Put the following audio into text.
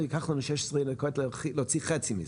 ייקח לנו שנים להוציא חצי מזה,